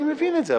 אני מבין את זה,